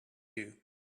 you